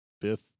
fifth